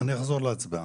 אני אחזור להצבעה.